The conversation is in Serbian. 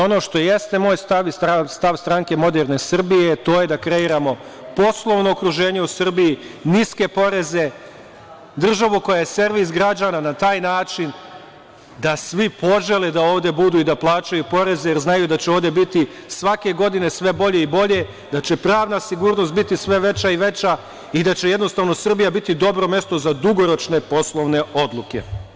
Ono što jeste moj stavi i stav Stranke moderne Srbije, to je da kreiramo poslovno okruženje u Srbiji, niske poreze, državu koja je servis građana, na taj način da svi požele da ovde budu i da plaćaju poreze, jer znaju da će ovde biti svake godine sve bolje i bolje, da će pravna sigurnost biti sve veća i veća i da će jednostavno Srbija biti dobro mesto za dugoročne poslovne odluke.